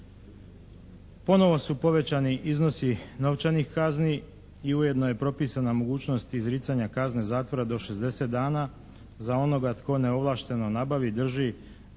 Ponovo su povećani iznosi novčanih kazni i ujedno je propisana mogućnost izricanja kazne zatvora do 60 dana za onoga tko neovlašteno nabavi, drži,